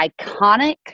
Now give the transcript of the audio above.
iconic